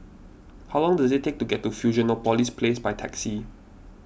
how long does it take to get to Fusionopolis Place by taxi